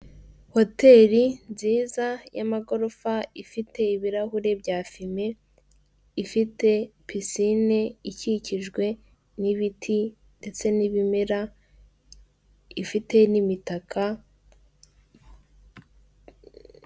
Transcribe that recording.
Hoteli nziza y'amagorofa ifite ibirahure bya fime, ifite pisine ikikijwe n'ibiti ndetse n'ibimera ifite n'imitaka.